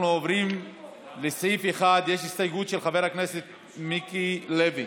אנחנו עוברים לסעיף 1. יש הסתייגות של חבר הכנסת מיקי לוי.